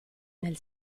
nel